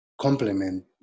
complement